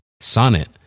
Sonnet